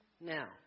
Now